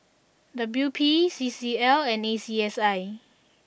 W P C C L and A C S I